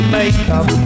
makeup